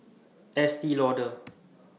Estee Lauder